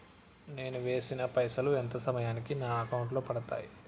నేను వేసిన పైసలు ఎంత సమయానికి నా అకౌంట్ లో పడతాయి?